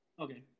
Okay